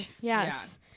Yes